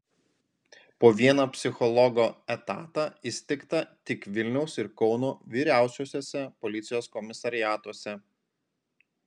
po vieną psichologo etatą įsteigta tik vilniaus ir kauno vyriausiuosiuose policijos komisariatuose